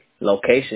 location